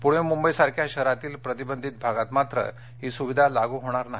पूणे मुंबईसारख्या शहरातील प्रतिबंधित भागात मात्र ही सुविधा लागू होणार नाही